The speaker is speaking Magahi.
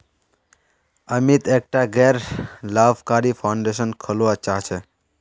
अमित एकटा गैर लाभकारी फाउंडेशन खोलवा चाह छ